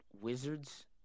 Wizards